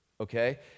Okay